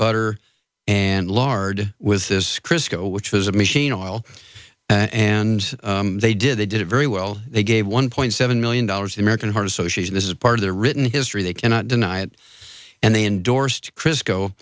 butter and lard with this chris go which was a machine oil and they did they did it very well they gave one point seven million dollars the american heart association this is part of the written history they cannot deny it and they endorsed crist go